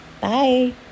Bye